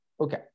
Okay